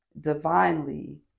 divinely